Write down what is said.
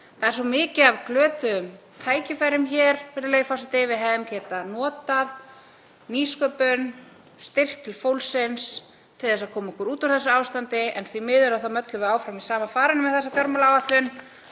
Það er svo mikið af glötuðum tækifærum hér, virðulegi forseti. Við hefðum getað notað nýsköpun, styrk til fólksins, til þess að koma okkur út úr þessu ástandi en því miður þá möllum við áfram í sama farinu með þessa fjármálaáætlun.